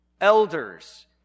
Elders